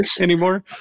anymore